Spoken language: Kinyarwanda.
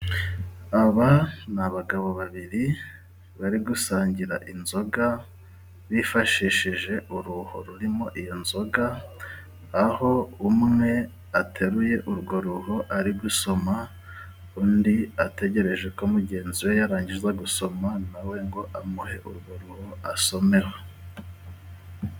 Aba ni abagabo babiri, bari gusangira inzoga bifashishije uruho rurimo iyo nzoga, aho umwe ateruye urwo ruho ari gusoma undi ategereje ko mugenzi we yarangiza gusoma, nawe ngo amuhe urwo ruho asomeho.